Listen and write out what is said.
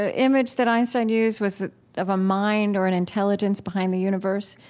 ah image that einstein used was of a mind or an intelligence behind the universe,